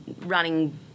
running